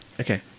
Okay